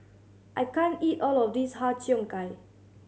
I can't eat all of this Har Cheong Gai